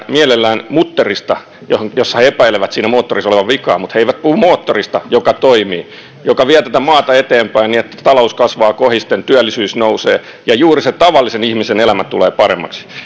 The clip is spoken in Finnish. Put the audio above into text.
mielellään mutterista jossa jossa he epäilevät siinä moottorissa olevan vikaa mutta he eivät puhu moottorista joka toimii joka vie tätä maata eteenpäin niin että talous kasvaa kohisten työllisyys nousee ja juuri sen tavallisen ihmisen elämä tulee paremmaksi